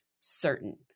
certain